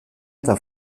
eta